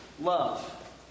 love